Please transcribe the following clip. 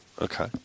Okay